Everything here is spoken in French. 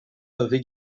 peuvent